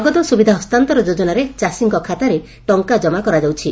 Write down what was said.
ନଗଦ ସୁବିଧା ହସ୍ତାନ୍ତର ଯୋଜନାରେ ଚାଷୀଙ୍ ଖାତାରେ ଟଙ୍କା ଜମା କରାଯାଉଛି